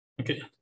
okay